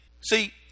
See